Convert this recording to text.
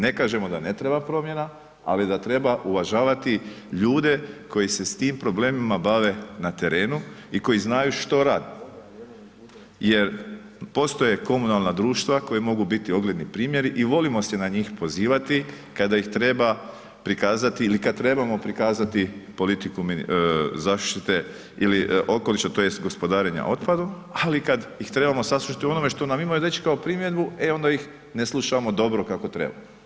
Ne kažemo da ne treba promjena, ali da treba uvažavati ljude koji se s tim problemima bave na trenu i koji znaju što rade, jer postoje komunalna društva koji mogu biti ogledni primjeri i volimo se na njih pozivati kada ih treba prikazati ili kad trebamo prikazati politiku zaštite ili okoliša tj. gospodarenja otpadom, ali kad ih trebamo saslušati u onome što nam imaju reći kao primjedbu e onda ih ne slušamo dobro kako treba.